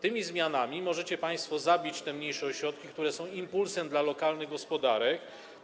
Tymi zmianami możecie państwo zabić te mniejsze ośrodki, które są impulsem dla lokalnych gospodarek.